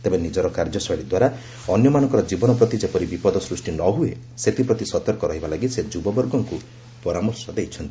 ତେବେ ନିଜର କର୍ଯ୍ୟଶୈଳୀଦ୍ୱାରା ଅନ୍ୟମାନଙ୍କର ଜୀବନ ପ୍ରତି ଯେପରି ବିପଦ ସୃଷ୍ଟି ନ ହୁଏ ସେଥିପ୍ରତି ସତର୍କ ରହିବା ଲାଗି ସେ ଯୁବବର୍ଗଙ୍କୁ ପରାମର୍ଶ ଦେଇଛନ୍ତି